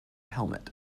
helmet